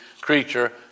creature